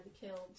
killed